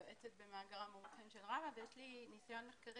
יועצת במאגר המומחים של ראמ"ה ויש לי ניסיון מחקרי